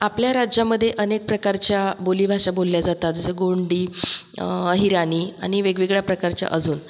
आपल्या राज्यामध्ये अनेक प्रकारच्या बोलीभाषा बोलल्या जातात जसं गोंडी अहिराणी आणि वेगवेगळ्या प्रकारच्या अजून